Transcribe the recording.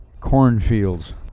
cornfields